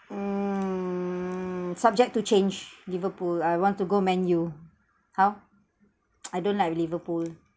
um subject to change liverpool I want to go man U how I don't like liverpool